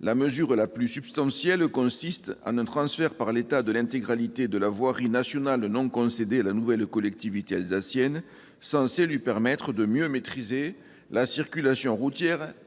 La mesure la plus substantielle consiste en un transfert par l'État de l'intégralité de la voirie nationale non concédée à la nouvelle collectivité alsacienne, censé lui permettre de mieux maîtriser la circulation routière sur